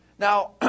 Now